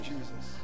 Jesus